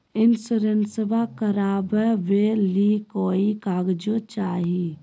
इंसोरेंसबा करबा बे ली कोई कागजों चाही?